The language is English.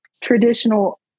traditional